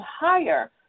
higher